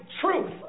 truth